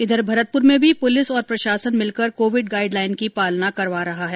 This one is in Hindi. इधर भरतपुर में भी पुलिस और प्रशासन मिलकर कोविड गाईडलाईन की पालना करवा रहा है